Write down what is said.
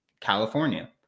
California